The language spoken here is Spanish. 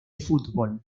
football